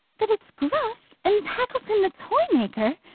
that it's gruff and tackleton the toymaker!